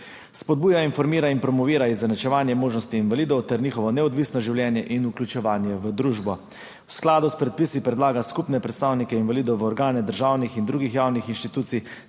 spodbuja, informira in promovira izenačevanje možnosti invalidov ter njihovo neodvisno življenje in vključevanje v družbo. V skladu s predpisi se predlaga skupne predstavnike invalidov v organe državnih in drugih javnih institucij